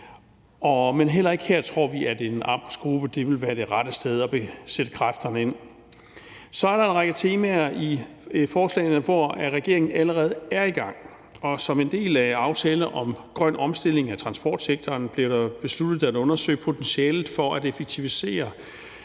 Men heller ikke her tror vi, at en arbejdsgruppe vil være det rette sted at sætte kræfterne ind. Så er der en række temaer i forslagene, hvor regeringen allerede er i gang. Som en del af aftalen om grøn omstilling af transportsektoren blev det besluttet at undersøge potentialet for at effektivisere